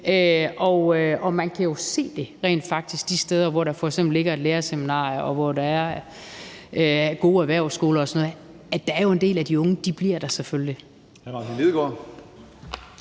Man kan jo rent faktisk se det de steder, hvor der f.eks. ligger et lærerseminarium, og hvor der er gode erhvervsskoler og sådan noget, at der jo er en del af de unge, der selvfølgelig